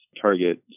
target